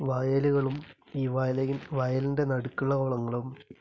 വയലുകളും ഈ വയലേ വയലിൻ്റെ നടുക്കുള്ള കുളങ്ങളും